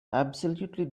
absolutely